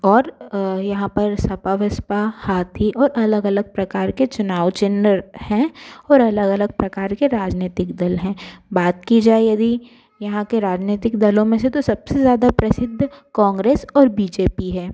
और यहाँ पर सपा बसपा हाथी और अलग अलग प्रकार के चुनाव चिन्ह है और अलग अलग प्रकार के राजनीतिक दल है बात की जाए यदि यहाँ के राजनीतिक दलों में से तो सबसे ज़्यादा प्रसिद्ध कांग्रेस और बी जे पी है